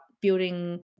building